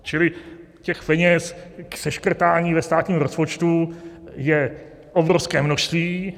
Čili těch peněz k seškrtání ve státním rozpočtu je obrovské množství.